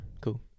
Cool